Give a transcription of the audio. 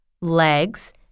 Legs